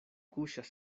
kuŝas